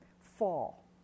fall